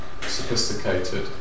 sophisticated